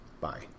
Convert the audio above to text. Bye